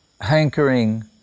hankering